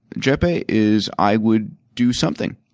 jepe, is i would do something,